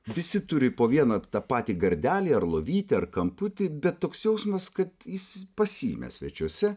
visi turi po vieną tą patį gardelį ar lovytę ar kamputį bet toks jausmas kad jis pas jį mes svečiuose